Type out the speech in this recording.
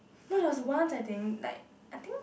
no there was once I think like I think